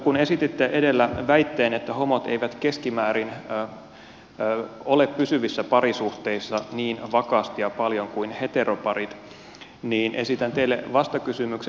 kun esititte edellä väitteen että homot eivät keskimäärin ole pysyvissä parisuhteissa niin vakaasti ja paljon kuin heteroparit niin esitän teille vastakysymyksen